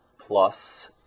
plus